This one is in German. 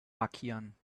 markieren